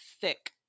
thick